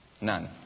None